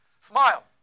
Smile